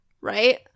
right